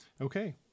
Okay